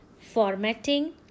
formatting